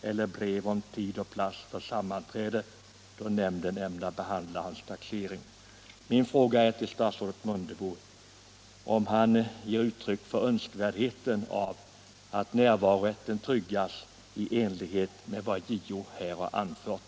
Min fråga till statsrådet Mundebo är: Vill statsrådet ge uttryck för önskvärdheten av att närvarorätten tryggas i enlighet med vad JO har anfört?